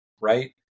right